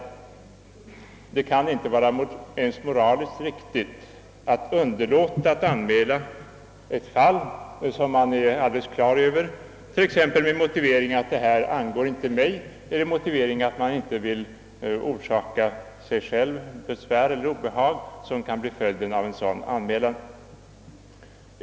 Men om sådana föreligger kan det inte vara ens moraliskt riktigt att underlåta att anmäla ett fall exempelvis med motiveringen, att »detta angår inte mig» eller »det kan innebära obehag eller besvär att engagera sig».